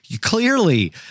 clearly